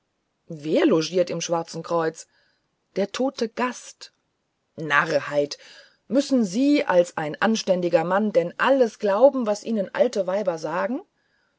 wer logiert im schwarzen kreuz der tote gast narrheit müssen sie als ein verständiger mann denn alles glauben was ihnen alte weiber sagen